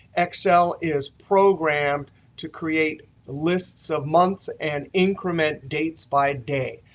excel is programmed to create lists of months and increment dates by day.